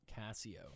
Casio